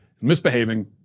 Misbehaving